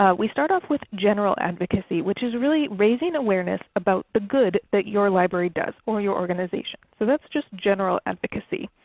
ah we start off with general advocacy which is really raising awareness about the good that your library does, or your organization. so that's just general advocacy.